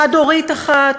חד-הורית אחת,